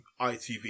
ITV